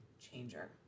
Changer